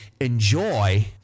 enjoy